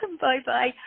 Bye-bye